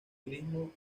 turismo